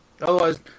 otherwise